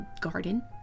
garden